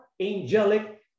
Angelic